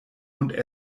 und